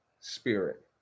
spirit